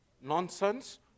nonsense